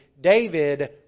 David